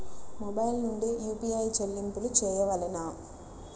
Mobile నుండే UPI చెల్లింపులు చేయవలెనా?